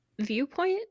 viewpoint